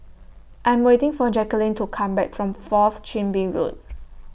I'm waiting For Jaquelin to Come Back from Fourth Chin Bee Road